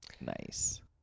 Nice